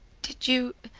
did you.